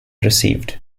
received